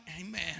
Amen